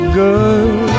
good